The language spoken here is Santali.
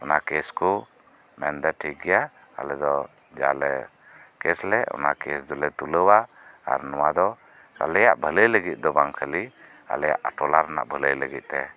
ᱚᱱᱟ ᱠᱮᱥ ᱠᱚ ᱢᱮᱱᱮᱫᱟ ᱴᱷᱤᱠ ᱜᱮᱭᱟ ᱟᱞᱮ ᱫᱚ ᱡᱟᱞᱮ ᱠᱮᱥᱞᱮᱫ ᱚᱱᱟ ᱠᱮᱥ ᱫᱚᱞᱮ ᱛᱩᱞᱟᱹᱣᱟ ᱟᱨ ᱱᱚᱶᱟ ᱫᱚ ᱟᱞᱮᱭᱟᱜ ᱵᱷᱟᱹᱞᱟᱹᱭ ᱞᱟᱹᱜᱤᱫ ᱵᱟᱝ ᱠᱷᱟᱹᱞᱤ ᱟᱞᱮᱭᱟ ᱟᱯᱷᱟᱞᱟ ᱨᱮᱱᱟᱜ ᱵᱷᱟᱹᱞᱟᱹᱭ ᱞᱟᱹᱜᱤᱫ ᱛᱮ